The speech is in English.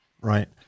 Right